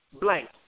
blank